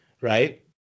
right